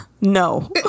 no